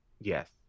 yes